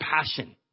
passion